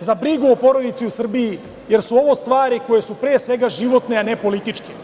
za brigu o porodici u Srbiji, jer su ovo stvari koje su, pre svega, životne, a ne političke.